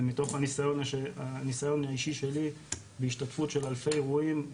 זה מתוך הניסיון האישי שלי בהשתתפות של אלפי אירועים,